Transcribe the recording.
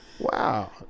Wow